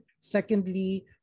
Secondly